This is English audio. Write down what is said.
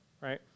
right